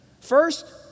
First